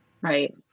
right